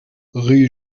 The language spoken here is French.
rue